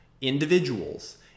individuals